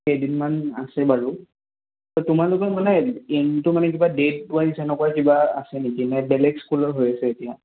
কেইদিনমান আছে বাৰু তোমালোকৰ মানে এইমটো মানে কিবা ডেট ৱাইজ এনেকুৱা কিবা আছে নেকি নানে বেলেগ স্কুলৰ হৈ আছে এতিয়া